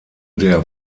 der